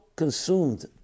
consumed